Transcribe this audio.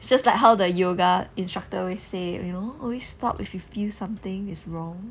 it's just like how the yoga instructor always say you know always stop if you feel something is wrong